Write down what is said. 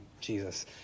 Jesus